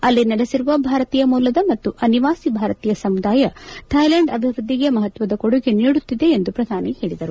ಅಲ್ಲಿ ನೆಲೆಸಿರುವ ಭಾರತೀಯ ಮೂಲದ ಮತ್ತು ಅನಿವಾಸಿ ಭಾರತೀಯ ಸಮುದಾಯ ಥಾಯ್ಲ್ಯಾಂಡ್ ಅಭಿವೃದ್ದಿಗೆ ಮಹತ್ವದ ಕೊಡುಗೆ ನೀಡುತ್ತಿದೆ ಎಂದು ಪ್ರಧಾನಿ ಹೇಳಿದರು